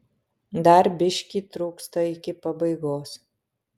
dar biškį trūksta iki pabaigos